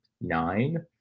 nine